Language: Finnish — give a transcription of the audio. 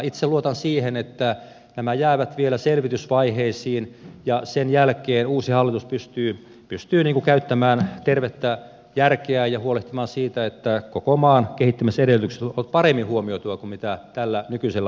itse luotan siihen että nämä jäävät vielä selvitysvaiheisiin ja sen jälkeen uusi hallitus pystyy käyttämään tervettä järkeä ja huolehtimaan siitä että koko maan kehittämisedellytykset tulevat paremmin huomioitua kuin tällä nykyisellä hallituksella